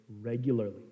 regularly